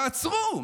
תעצרו.